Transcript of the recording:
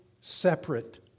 separate